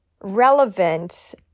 relevant